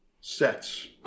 sets